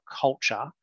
culture